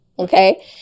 Okay